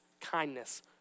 kindness